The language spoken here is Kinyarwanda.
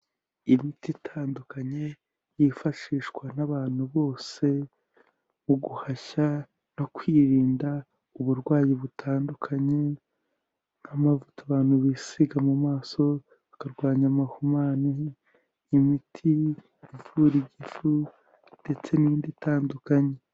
Imiti itandukanye yifashishwa n'abantu bose mu guhashya no kwirinda uburwayi butandukanye: nk'amavuta abantu bisiga mu maso bakarwanya amahumane, imiti ivura igifu ndetse n'indi itandukanye.